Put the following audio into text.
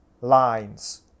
lines